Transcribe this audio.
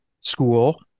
School